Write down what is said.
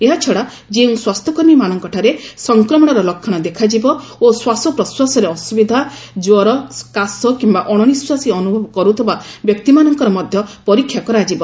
ଏହାଛଡ଼ା ଯେଉଁ ସ୍ୱାସ୍ଥ୍ୟକର୍ମୀମାନଙ୍କଠାରେ ସଂକ୍ରମଣର ଲକ୍ଷଣ ଦେଖାଯିବ ଓ ଶ୍ୱାସପ୍ରଶ୍ୱାସରେ ଅସୁବିଧା କ୍ୱର କାଶ କିମ୍ବା ଅଶନିଃଶ୍ୱାସୀ ଅନୁଭବ କରୁଥିବା ବ୍ୟକ୍ତିମାନଙ୍କର ମଧ୍ୟ ପରୀକ୍ଷା କରାଯିବ